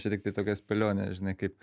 čia tiktai tokia spėlionė žinai kaip